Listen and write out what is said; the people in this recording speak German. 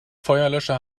feuerlöscher